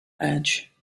edge